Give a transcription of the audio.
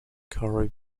carl